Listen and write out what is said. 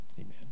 Amen